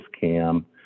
Cam